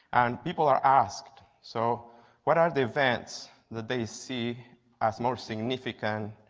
and people are asked so what are the events that they see as more significant